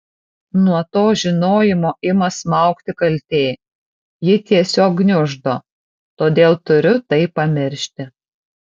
nuo to žinojimo ima smaugti kaltė ji tiesiog gniuždo todėl turiu tai pamiršti